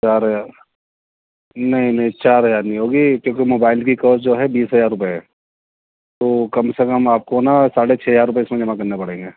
چار ہزار نہیں نہیں چار ہزار نہیں ہوگی کیونکہ موبائل کی کوسٹ جو ہے بیس ہزار روپئے ہے تو کم سے کم آپ کو نا ساڑھے چھ ہزار روپئے اس میں جمع کرنے پڑیں گے